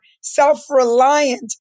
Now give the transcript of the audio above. self-reliant